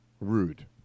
Rude